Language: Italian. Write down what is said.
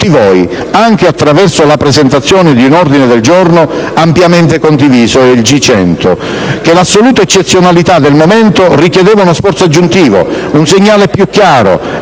di tutti voi, anche attraverso la presentazione dell'ordine del giorno G100, ampiamente condiviso - che l'assoluta eccezionalità del momento richiedeva uno sforzo aggiuntivo, un segnale più chiaro